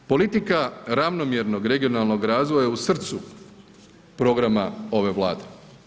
Politika ravnomjernog regionalnog razvoja je u srcu programa ove Vlade.